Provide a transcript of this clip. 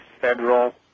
federal